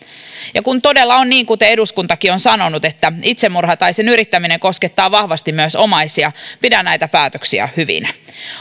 ja kun todella on niin kuten eduskuntakin on sanonut että itsemurha tai sen yrittäminen koskettaa vahvasti myös omaisia pidän näitä päätöksiä hyvinä